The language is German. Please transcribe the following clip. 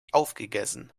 aufgegessen